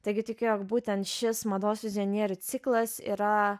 taigi tikiu jog būtent šis mados vizionierių ciklas yra